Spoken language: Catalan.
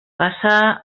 passà